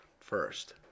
first